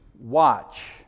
watch